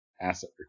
asset